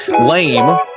lame